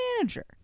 manager